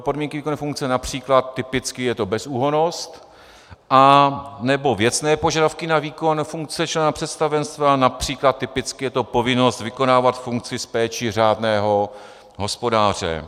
podmínky výkonu funkce, např. typicky je to bezúhonnost, anebo věcné požadavky na výkon funkce člena představenstva, např. typicky je to povinnost vykonávat funkci s péčí řádného hospodáře.